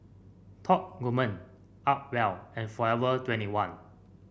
Top Gourmet Acwell and Forever twenty one